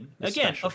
again